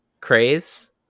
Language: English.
craze